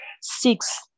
Six